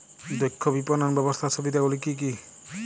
দক্ষ বিপণন ব্যবস্থার সুবিধাগুলি কি কি?